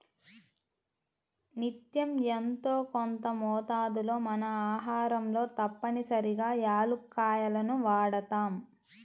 నిత్యం యెంతో కొంత మోతాదులో మన ఆహారంలో తప్పనిసరిగా యాలుక్కాయాలను వాడతాం